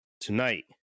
Tonight